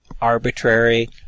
arbitrary